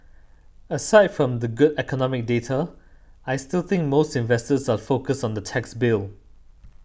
aside from the good economic data I still think most investors are focused on the tax bill